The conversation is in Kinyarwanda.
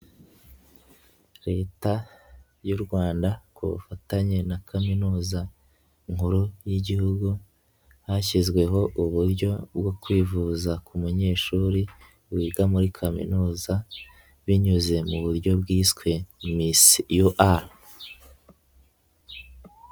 Leta y'u rwanda ku bufatanye na kaminuza nkuru y'igihugu, hashyizweho uburyo bwo kwivuza ku munyeshuri wiga muri kaminuza binyuze mu buryo bwiswe MIS UR.